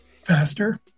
faster